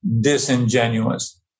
disingenuous